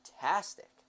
fantastic